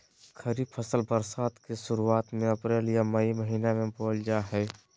खरीफ फसल बरसात के शुरुआत में अप्रैल आ मई महीना में बोअल जा हइ